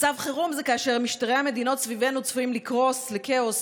מצב חירום זה כאשר משטרי המדינות סביבנו צפויים לקרוס לכאוס,